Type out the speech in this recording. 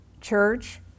Church